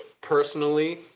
personally